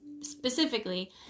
specifically